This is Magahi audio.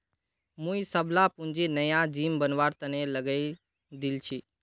मुई सबला पूंजी नया जिम बनवार तने लगइ दील छि